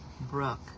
Brooke